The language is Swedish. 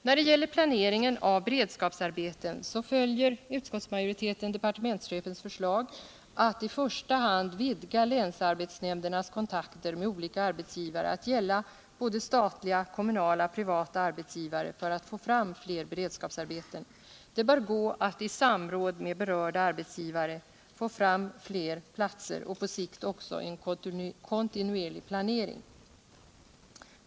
När det gäller planeringen av beredskapsarbeten följer utskottsmajoriteten departementschefens förslag att i första hand vidga länsarbetsnämndernas kontakter med olika arbetsgivare att gälla både statliga, kommunala och privata arbetsgivare för att få fram fler beredskapsarbeten. Det bör gå att i samråd med berörda arbetsgivare få fram fler platser och på sikt också en kontinuerlig planering.